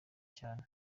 cyane